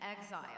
exile